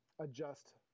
adjust